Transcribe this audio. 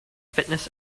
fitness